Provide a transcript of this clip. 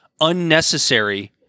unnecessary